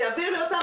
שיעביר לי אותם,